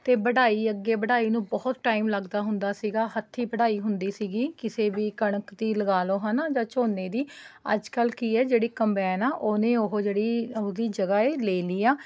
ਅਤੇ ਵਢਾਈ ਅੱਗੇ ਵਢਾਈ ਨੂੰ ਬਹੁਤ ਟਾਇਮ ਲੱਗਦਾ ਹੁੰਦਾ ਸੀਗਾ ਹੱਥੀਂ ਵਢਾਈ ਹੁੰਦੀ ਸੀਗੀ ਕਿਸੇ ਵੀ ਕਣਕ ਦੀ ਲਗਾ ਲਉ ਹੈ ਨਾ ਜਾਂ ਝੋਨੇ ਦੀ ਅੱਜ ਕੱਲ੍ਹ ਕੀ ਹੈ ਜਿਹੜੀ ਕੰਬਾਇਨ ਹੈ ਉਹਨੇ ਉਹ ਜਿਹੜੀ ਉਹਦੀ ਜਗ੍ਹਾ ਹੈ ਲੈ ਲਈ ਆ